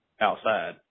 outside